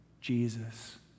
Jesus